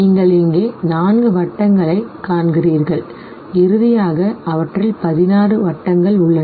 நீங்கள் இங்கே நான்கு வட்டங்களைக் காண்கிறீர்கள் இறுதியாக அவற்றில் 16 உள்ளன